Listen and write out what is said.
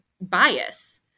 Bias